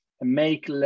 make